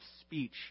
speech